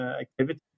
activity